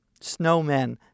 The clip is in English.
snowmen